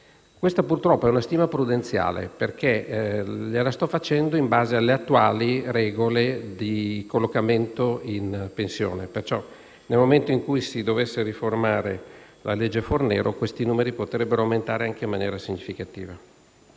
Questa, purtroppo, è una stima prudenziale che sto facendo in base alle attuali regole di collocamento in pensione; pertanto, nel momento in cui si dovesse riformare la legge Fornero, questi numeri potrebbero aumentare anche in maniera significativa.